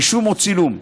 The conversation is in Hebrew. רישום או צילום,